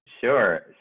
Sure